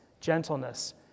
gentleness